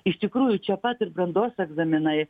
iš tikrųjų čia pat ir brandos egzaminai